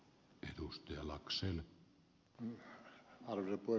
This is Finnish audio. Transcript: arvoisa puhemies